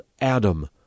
Adam